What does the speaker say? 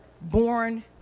born